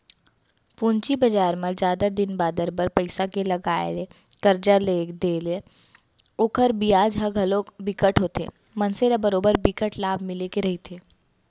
पूंजी बजार म जादा दिन बादर बर पइसा के लगाय ले करजा देय ले ओखर बियाज ह घलोक बिकट होथे मनसे ल बरोबर बिकट लाभ मिले के रहिथे